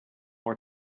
more